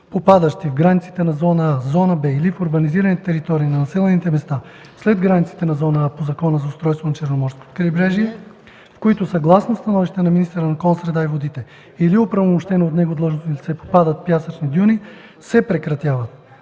попадащи в границите на зона „А”, зона „Б” или в урбанизираните територии на населените места след границите на зона „А” по Закона за устройството на Черноморското крайбрежие, в които, съгласно становище на министъра на околната среда и водите или оправомощено от него длъжностно лице, попадат пясъчни дюни, се прекратяват.